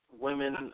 women